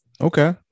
Okay